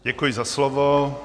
Děkuji za slovo.